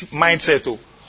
mindset